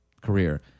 career